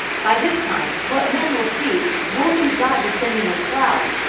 by this time, what man will see won't be god descending with clouds.